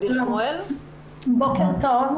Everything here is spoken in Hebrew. בוקר טוב.